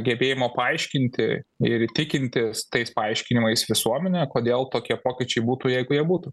gebėjimo paaiškinti ir įtikinti tais paaiškinimais visuomenę kodėl tokie pokyčiai būtų jeigu jie būtų